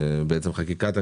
בעצם חקיקת המשנה,